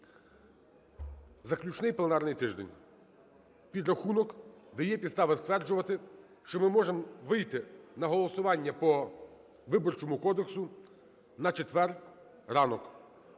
Заключний пленарний тиждень. Підрахунок дає підстави стверджувати, що ми можемо вийти на голосування по Виборчому кодексу на четвер, ранок: